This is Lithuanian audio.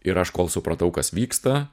ir aš kol supratau kas vyksta